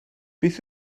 beth